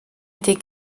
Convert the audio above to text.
été